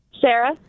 Sarah